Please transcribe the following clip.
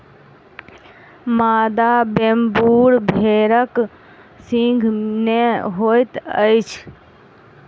मादा वेम्बूर भेड़क सींघ नै होइत अछि